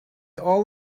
all